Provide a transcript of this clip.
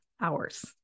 hours